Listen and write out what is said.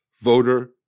voter